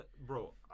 bro